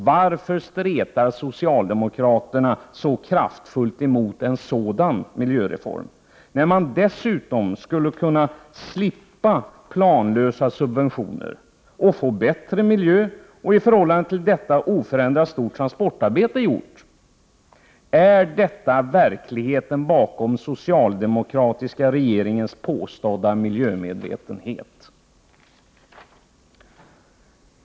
Varför stretar socialdemokraterna så kraftfullt emot en sådan miljöreform, när man dessutom skulle kunna slippa planlösa subventioner och få bättre miljö samt i förhållande till detta ett oförändrat stort miljöarbete gjort? Är detta verkligheten bakom den socialdemokratiska regeringens påstådda miljömedvetenhet?